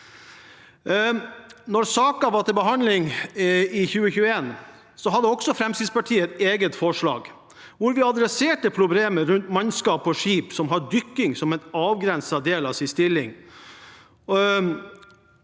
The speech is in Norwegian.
da saken var til behandling i 2021, hadde Fremskrittspartiet et eget forslag som handlet om problemet med mannskap på skip som har dykking som en avgrenset del av stillingen